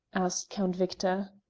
asked count victor.